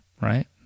right